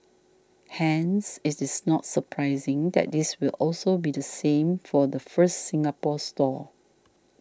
hence it is not surprising that this will also be the same for the first Singapore store